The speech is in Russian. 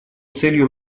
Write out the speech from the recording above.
целью